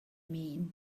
mean